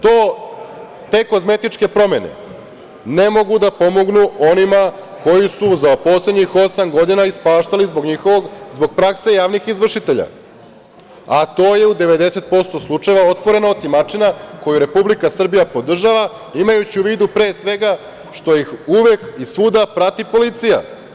To te kozmetičke promene ne mogu da pomognu onima koji su za poslednjih osam godina ispaštali zbog prakse javnih izvršitelja, a to je u 90% slučajeva otvorena otimačina koju Republika Srbija podržava, imajući u vidu, pre svega, što ih uvek i svuda prati policija.